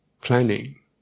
Planning